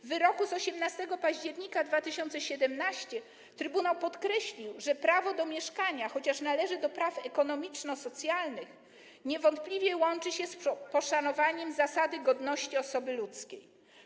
W wyroku z 18 października 2017 r. trybunał podkreślił, że prawo do mieszkania, chociaż należy do praw ekonomiczno-socjalnych, niewątpliwie łączy się z poszanowaniem zasady godności osoby ludzkiej.